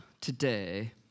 today